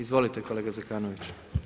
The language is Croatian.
Izvolite kolega Zekanović.